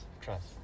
trust